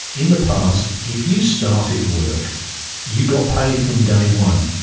in the past, if you started work you got paid from day one,